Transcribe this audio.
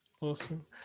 Awesome